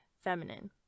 feminine